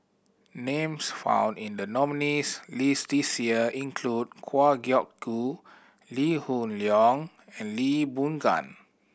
names found in the nominees' list this year include Kwa Geok Goo Lee Hoon Leong and Lee Boon Gan